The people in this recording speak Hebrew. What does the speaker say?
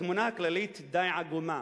התמונה הכללית די עגומה.